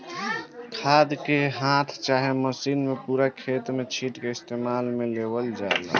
खाद के हाथ चाहे मशीन से पूरे खेत में छींट के इस्तेमाल में लेवल जाला